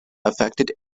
affected